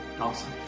Awesome